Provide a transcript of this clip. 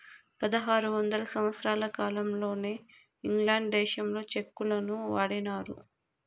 పదహారు వందల సంవత్సరాల కాలంలోనే ఇంగ్లాండ్ దేశంలో చెక్కులను వాడినారు